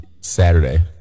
Saturday